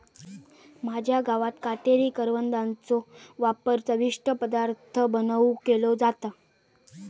माझ्या गावात काटेरी करवंदाचो वापर चविष्ट पदार्थ बनवुक केलो जाता